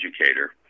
educator